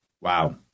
wow